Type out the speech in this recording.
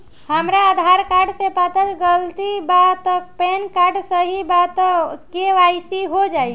हमरा आधार कार्ड मे पता गलती बा त पैन कार्ड सही बा त के.वाइ.सी हो जायी?